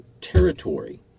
territory